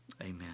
Amen